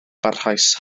barhaus